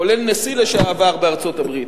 כולל נשיא לשעבר בארצות-הברית,